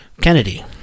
Kennedy